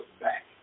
back